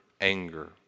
anger